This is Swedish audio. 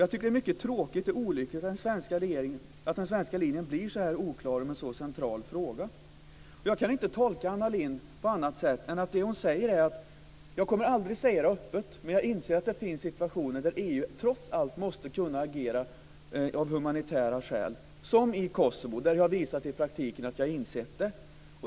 Det är mycket tråkigt och olyckligt att den svenska linjen blir så oklar om en så central fråga. Jag kan inte tolka Anna Lindh på annat sätt än att det hon menar är: Jag kommer aldrig att säga det öppet, men jag inser att det finns situationer där EU trots allt måste kunna agera av humanitära skäl, som i Kosovo. Där har jag i praktiken visat att jag har insett det.